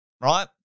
right